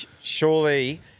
Surely